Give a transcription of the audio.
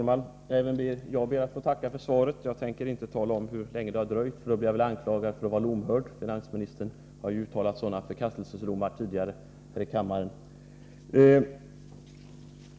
Herr talman! Även jag ber att få tacka för svaret. Jag tänker inte tala om hur länge det har dröjt, för då blir jag väl anklagad för att vara lomhörd. Finansministern har ju uttalat sådana förkastelsedomar tidigare här i kammaren.